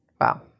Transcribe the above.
Wow